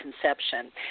Conception